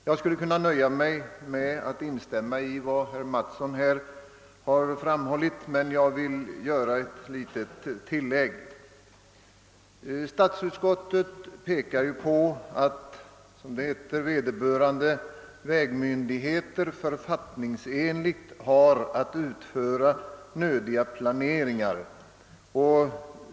Jag skulle kunna nöja mig med att instämma i vad herr Mattsson framhållit, men jag vill göra ett litet tillägg. Statsutskottet påpekar, att vederbörande vägmyndigheter författningsenligt har att svara för nödvändig planering.